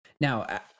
Now